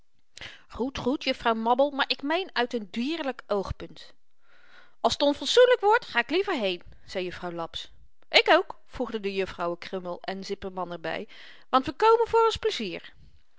goed goed juffrouw mabbel maar ik meen uit n dierlyk oogpunt als t onfatsoenlyk wordt ga k liever heen zei juffrouw laps ik ook voegden de juffrouwen krummel en zipperman er by want we komen voor ons plezier